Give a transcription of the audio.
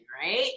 right